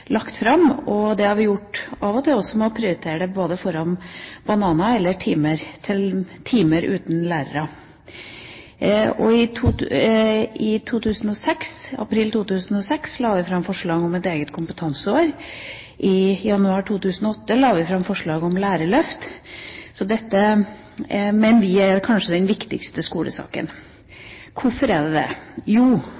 lagt fram, og det har vi gjort av og til også ved å prioritere det både foran bananer og timer uten lærere. I april 2006 la vi fram forslag om et eget kompetanseår, og i januar 2008 la vi fram forslag om lærerløft. Så dette mener vi kanskje er den viktigste skolesaken.